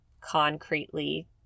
concretely